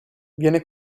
viene